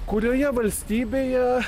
kurioje valstybėje